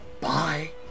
Bye